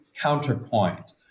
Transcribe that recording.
counterpoint